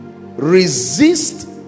Resist